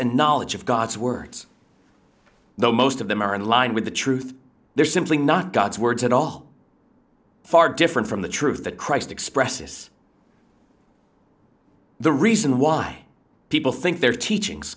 and knowledge of god's words though most of them are in line with the truth they're simply not god's words at all far different from the truth that christ expresses the reason why people think their teachings